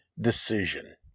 decision